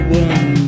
one